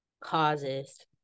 causes